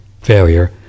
failure